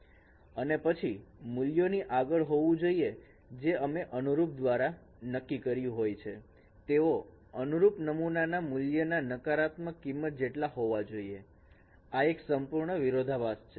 અને પછી મૂલ્યોની આગળ હોવું જોઈએ જે તમે અનુરૂપ દ્વારા નક્કી કર્યો હોય છે તેઓ અનુરૂપ નમૂનાના મૂલ્યના નકારાત્મક કિંમત જેટલા હોવા જોઈએ આ એક સંપૂર્ણ વિરોધાભાસ છે